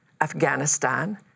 Afghanistan